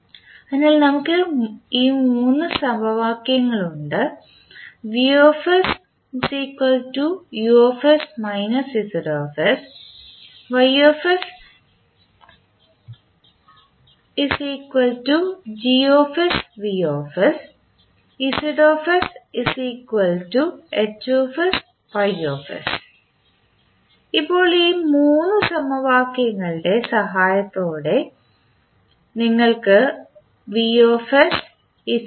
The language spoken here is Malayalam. അതിനാൽ നമുക്ക് ഈ മൂന്ന് സമവാക്യങ്ങൾ ഉണ്ട് ഇപ്പോൾ ഈ മൂന്ന് സമവാക്യങ്ങളുടെ സഹായത്തോടെ ഞങ്ങൾ V Z